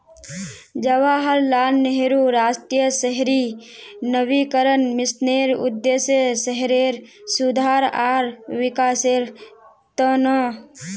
जवाहरलाल नेहरू राष्ट्रीय शहरी नवीकरण मिशनेर उद्देश्य शहरेर सुधार आर विकासेर त न